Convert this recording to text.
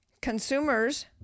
consumers